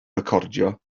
recordio